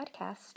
podcast